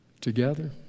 together